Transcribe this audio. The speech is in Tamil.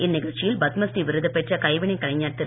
இந்நிகழ்ச்சியில் பத்மஸ்ரீ விருது பெற்ற கைவினை கலைஞர் திரு